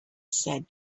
said